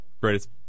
Greatest